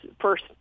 first